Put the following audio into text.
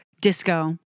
disco